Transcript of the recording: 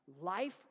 Life